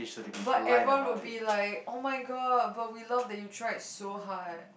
but everyone will be like [oh]-my-god but we love that you tried to hard